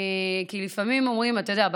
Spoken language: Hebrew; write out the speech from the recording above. אתה יודע,